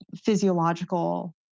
physiological